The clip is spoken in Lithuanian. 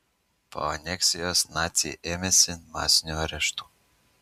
po aneksijos naciai ėmėsi masinių areštų